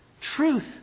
Truth